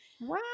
wow